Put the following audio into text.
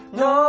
no